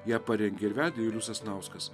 ją parengė ir vedė julius sasnauskas